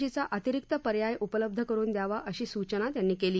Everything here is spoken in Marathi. जी चा अतिरिक्त पर्याय उपलब्ध करुन द्यावा अशी सूचना त्यांनी केली